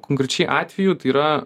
konkrečiai atveju tai yra